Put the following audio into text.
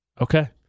Okay